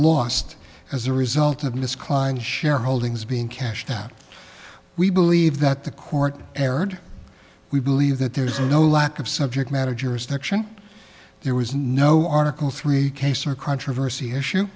lost as a result of miss client shareholdings being cashed out we believe that the court erred we believe that there is no lack of subject matter jurisdiction there was no article three case or controversy issue